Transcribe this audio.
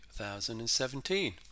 2017